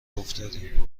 افتادیم